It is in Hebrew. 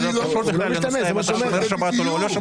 לגבי שווי שימוש, נכון מה